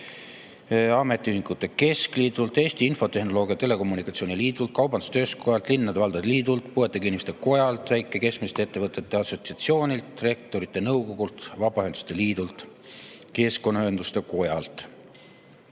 ametiühingute keskliidult, Eesti Infotehnoloogia ja Telekommunikatsiooni Liidult, kaubandus-tööstuskojalt, linnade ja valdade liidult, puuetega inimeste kojalt, väike- ja keskmiste ettevõtjate assotsiatsioonilt, Rektorite Nõukogult, Vabaühenduste Liidult ja keskkonnaühenduste kojalt.